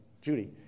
Judy